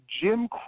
Jim